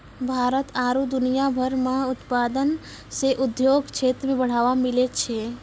भारत आरु दुनिया भर मह उत्पादन से उद्योग क्षेत्र मे बढ़ावा मिलै छै